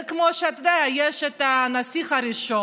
זה, כמו שאתה יודע, יש את הנסיך הראשון,